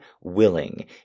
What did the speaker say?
willing